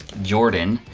jordan,